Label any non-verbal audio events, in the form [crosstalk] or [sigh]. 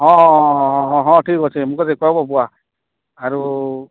ହଁ ହଁ ହଁ ହଁ ହଁ ହଁ ଠିକ୍ ଅଛି ମୁଁ [unintelligible] ଆରୁ